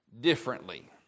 differently